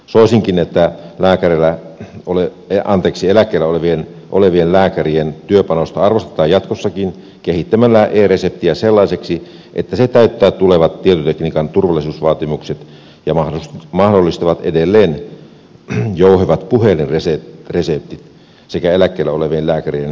soisinkin että eläkkeellä olevien lääkärien työpanosta arvostetaan jatkossakin kehittämällä e reseptiä sellaiseksi että se täyttää tulevat tietotekniikan turvallisuusvaatimukset ja mahdollistaa edelleen jouhevat puhelinreseptit sekä eläkkeellä olevien lääkärien lääkärinoikeudet